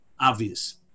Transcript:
obvious